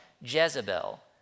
Jezebel